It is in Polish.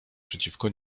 przeciwko